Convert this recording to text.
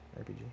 RPG